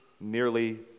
nearly